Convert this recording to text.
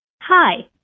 Hi